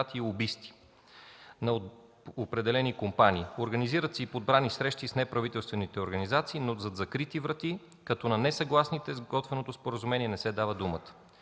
лобисти на отделни компании. Организират се и подбрани срещи с неправителствените организации, но зад закрити врати, като несъгласните с готвеното споразумение, не се дава думата.